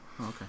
Okay